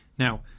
Now